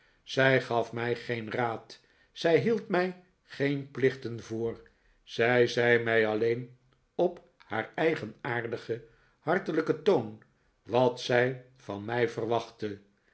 zij gaf mij geen raad zij hield mij geen plichten voor zij zei mij alleen op haar eigenaardigen hartelijken toon wat zij van mij verwachtte